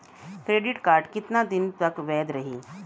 Credit card कितना दिन तक वैध रही?